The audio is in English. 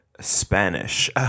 Spanish